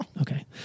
Okay